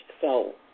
soul